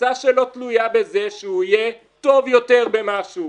תלויה בזה שהוא יהיה טוב יותר במשהו,